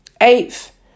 Eighth